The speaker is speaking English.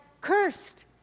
cursed